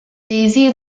daisy